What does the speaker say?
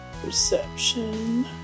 Perception